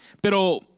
Pero